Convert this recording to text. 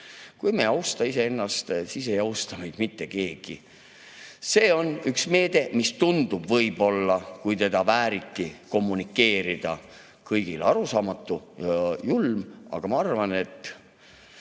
Kui me ei austa iseennast, siis ei austa meid mitte keegi. See on üks meede, mis tundub võib-olla, kui seda vääriti kommunikeerida, kõigile arusaamatu ja julm, aga ma arvan, et